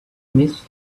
miss